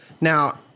Now